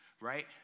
right